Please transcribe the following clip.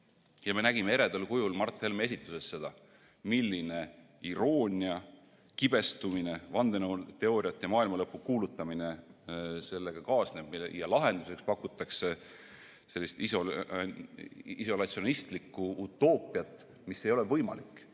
nägime eredal kujul Mart Helme esituses seda, milline iroonia, kibestumine, vandenõuteooriate ja maailmalõpu kuulutamine sellega kaasneb. Ja lahenduseks pakutakse isolatsionistlikku utoopiat, mis ei ole võimalik.